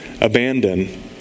abandon